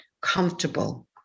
comfortable